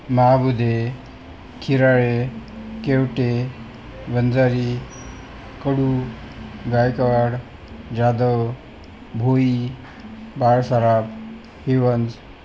Mahabudhe Kirale Kevate Vanjari Kadu Gaikwad Jadhav Bhoi Balsaraf Hivanj